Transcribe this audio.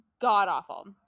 god-awful